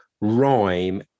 Rhyme